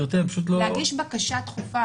גברתי, אני פשוט לא --- להגיש בקשה לעניין.